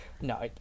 No